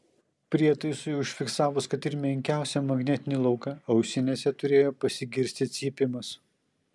prietaisui užfiksavus kad ir menkiausią magnetinį lauką ausinėse turėjo pasigirsti cypimas